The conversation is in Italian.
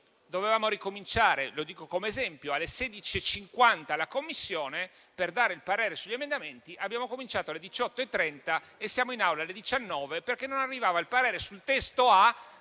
dovevamo ricominciare - lo dico come esempio - alle ore 16,50 i lavori in Commissione per dare il parere sugli emendamenti. Abbiamo ricominciato alle ore 18,30 e siamo in Aula alle ore 19, perché non arrivava il parere sul testo A